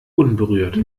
unberührt